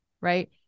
right